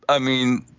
i mean,